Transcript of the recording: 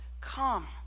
come